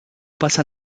pasa